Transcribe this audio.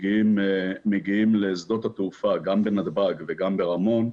שמגיעים לשדות התעופה גם בנתב"ג וגם ברמון,